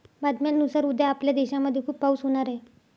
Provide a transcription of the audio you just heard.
बातम्यांनुसार उद्या आपल्या देशामध्ये खूप पाऊस होणार आहे